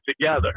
together